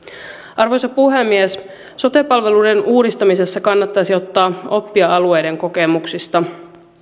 arvoisa puhemies sote palveluiden uudistamisessa kannattaisi ottaa oppia alueiden kokemuksista